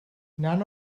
none